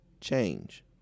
change